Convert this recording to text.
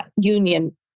union